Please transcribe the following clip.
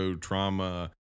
trauma